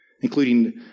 including